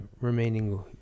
remaining